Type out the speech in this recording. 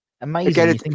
amazing